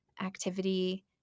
activity